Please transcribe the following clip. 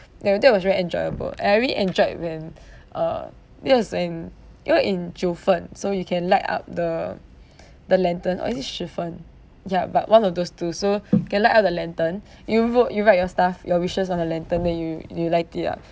that that was really enjoyable and I really enjoyed when uh it was in you know in 九份 so you can light up the the lantern or is it 十份 ya but one of those two so can light up the lantern you wrote you write your stuff your wishes on the lantern then you you light it up